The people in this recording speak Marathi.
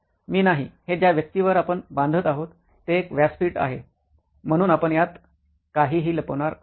मी नाही हे ज्या व्याप्तीवर आपण बांधत आहोत ते एक व्यासपीठ आहे म्हणून आपण यात काहीही लपवणार नाही